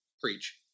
preach